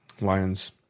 Lions